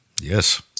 Yes